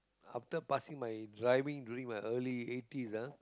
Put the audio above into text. after passing my driving during my early eighties ah